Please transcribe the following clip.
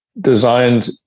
designed